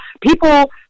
People